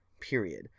Period